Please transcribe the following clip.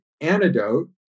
antidote